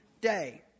day